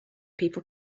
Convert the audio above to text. people